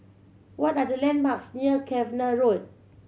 what are the landmarks near Cavenagh Road